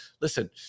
listen